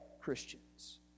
Christians